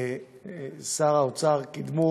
ושר האוצר קידמו